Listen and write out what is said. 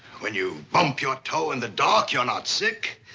when you bump your toe in the dark, you're not sick,